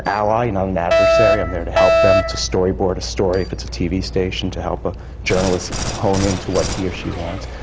i mean and adversary. i'm there to help them, to storyboard a story, if it's a tv station. to help a journalist hone into what he or she wants.